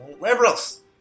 liberals